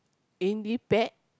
in the pad